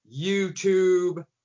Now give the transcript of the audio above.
youtube